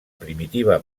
primitiva